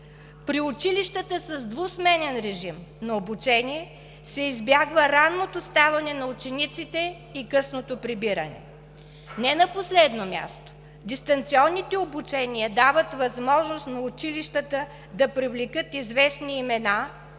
При училищата с двусменен режим на обучение се избягва ранното ставане на учениците и късното прибиране. На не последно място, дистанционните обучения дават възможност на училищата да привлекат известни имена,